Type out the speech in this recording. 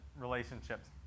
relationships